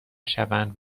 شوند